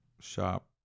shop